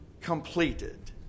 completed